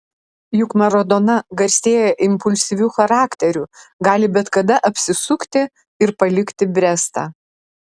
juk maradona garsėja impulsyviu charakteriu gali bet kada apsisukti ir palikti brestą